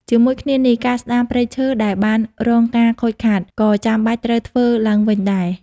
ជាមួយគ្នានេះ ការស្ដារព្រៃឈើដែលបានរងការខូចខាត ក៏ចាំបាច់ត្រូវធ្វើឡើងវិញដែរ។